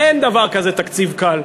אין דבר כזה תקציב קל,